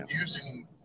using